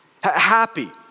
Happy